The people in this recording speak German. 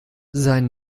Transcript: sein